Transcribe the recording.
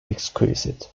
exquisite